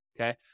okay